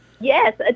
Yes